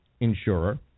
insurer